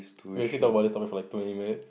we actually talk about this topic for like twenty minutes